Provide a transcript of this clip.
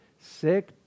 sick